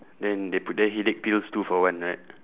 then they put there headache pills two for one right